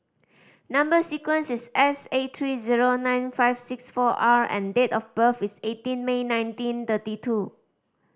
number sequence is S eight three zero nine five six four R and date of birth is eighteen May nineteen thirty two